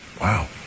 Wow